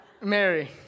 Mary